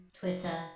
Twitter